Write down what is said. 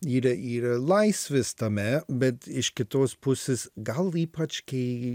yra yra laisvės tame bet iš kitos pusės gal ypač kai